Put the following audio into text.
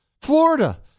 Florida